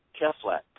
keflex